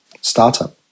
startup